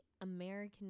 American